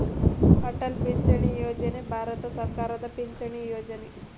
ಅಟಲ್ ಪಿಂಚಣಿ ಯೋಜನೆ ಭಾರತ ಸರ್ಕಾರದ ಪಿಂಚಣಿ ಯೊಜನೆ